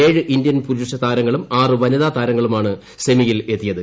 ഏഴ് ഇന്ത്യൻ പുരുഷതാരങ്ങളും ആറ് വനിതാ താരങ്ങളുമാണ് സെമിയിൽ എത്തിയത്